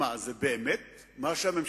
מה, אנחנו רוצים להיות באמת על-פי התרבות